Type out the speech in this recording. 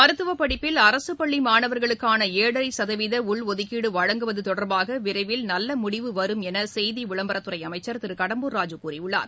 மருத்துவப்படிப்பில் அரசுப்பள்ளி மாணவர்களுக்கான ஏழரை சதவீத உள் ஒதுக்கீடு வழங்குவது தொடர்பாக விரைவில் நல்ல முடிவு வரும் என செய்தி விளம்பரத்துறை அமைச்சர் திரு கடம்பூர் ராஜு கூறியுள்ளார்